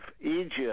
Egypt